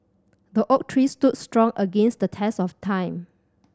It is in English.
the oak tree stood strong against the test of time